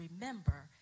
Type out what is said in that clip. remember